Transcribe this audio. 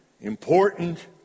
important